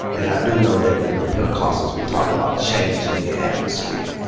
and i do know that, you know, pentecostals, we talk about changing the atmosphere.